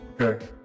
okay